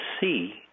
see